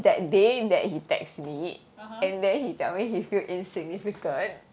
(uh huh)